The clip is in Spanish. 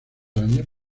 años